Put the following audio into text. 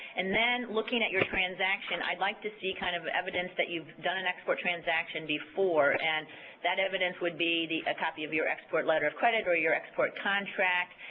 and then looking at your transaction, i'd like to see kind of evidence that you've done an export transaction before, and that evidence would be a copy of your export letter of credit or your export contract.